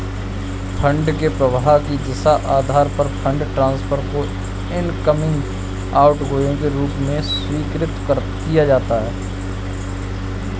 fund के प्रवाह की दिशा के आधार पर फंड ट्रांसफर को इनकमिंग, आउटगोइंग के रूप में वर्गीकृत किया जाता है